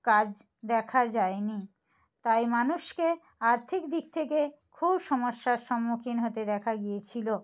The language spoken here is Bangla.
কাজ দেখা যায় নি তাই মানুষকে আর্থিক দিক থেকে খুব সমস্যার সম্মুখীন হতে দেখা গিয়েছিলো